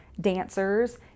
dancers